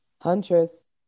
Huntress